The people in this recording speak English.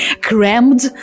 crammed